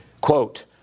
Quote